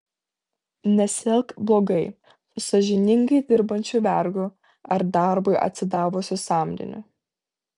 nesielk blogai su sąžiningai dirbančiu vergu ar darbui atsidavusiu samdiniu